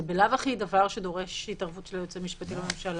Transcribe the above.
זה בלאו הכי דבר שדורש התערבות של היועץ המשפטי לממשלה,